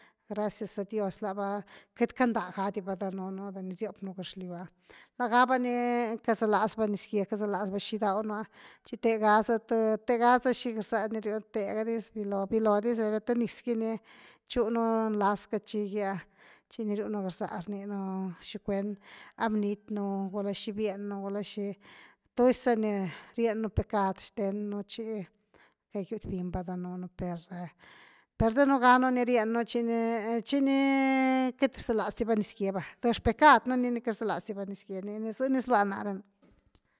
Gracias a dio lava queity canda gadiva danuunu de ni siopnu gexliyw ah, laga va ni cazalas va nizgye cazalas va xi gidaw nú ah chi te gaza th, tegaza chi garza ni riun, thega dis, vilo, viloo dis rebia te niz gy ni chunu nlas cachiigi ah chi ni riunu garza rninuchicuen a bnity ú xi bieñnu, gula xi tusy za ni rieñnu pecad xten nú chicayuty biñ va danunu per-per danuganu ni reñnu chic hi ni queity rzalas di va nizgye va, de xpecad nú ni ni queity rza laz diva nizgye niini zëni zlua náre.